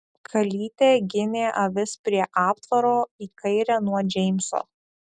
kalytė ginė avis prie aptvaro į kairę nuo džeimso